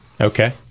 okay